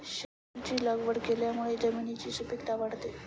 शेंगांची लागवड केल्यामुळे जमिनीची सुपीकता वाढते